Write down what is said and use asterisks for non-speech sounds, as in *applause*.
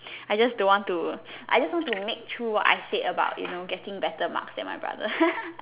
I just don't want to I just want to make true what I said about you know getting better marks than my brother *laughs*